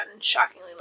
shockingly